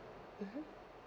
mmhmm